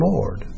Lord